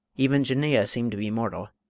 even jinneeyeh seem to be mortal.